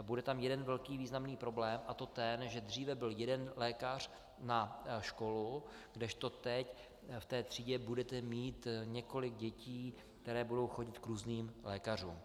Bude tam jeden významný problém, a to ten, že dříve byl jeden lékař na školu, kdežto teď v té třídě budete mít několik dětí, které budou chodit k různým lékařům.